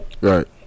Right